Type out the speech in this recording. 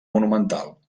monumental